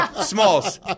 Smalls